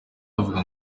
bavuga